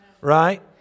Right